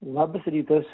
labas rytas